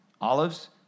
olives